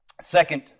Second